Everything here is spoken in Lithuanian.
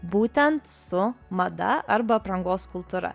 būtent su mada arba aprangos kultūra